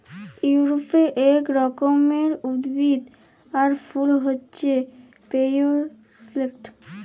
ইউরপে এক রকমের উদ্ভিদ আর ফুল হচ্যে পেরিউইঙ্কেল